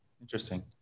Interesting